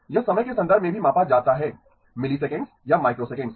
यह समय के संदर्भ में भी मापा जाता है मिलीसेकंड्स या माइक्रोसेकंड्स